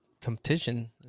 competition